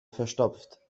verstopft